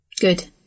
Good